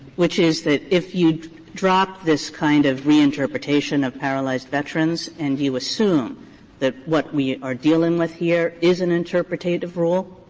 which is that if you drop this kind of reinterpretation of paralyzed veterans and you assume that what we are dealing with here is an interpretative rule,